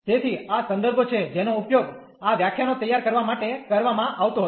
તેથી આ સંદર્ભો છે જેનો ઉપયોગ આ વ્યાખ્યાનો તૈયાર કરવા માટે કરવામાં આવતો હતો